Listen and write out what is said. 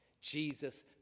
Jesus